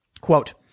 Quote